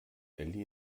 elli